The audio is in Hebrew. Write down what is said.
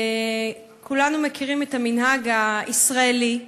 כולנו מכירים את המנהג הישראלי,